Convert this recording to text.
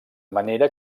manera